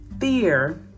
fear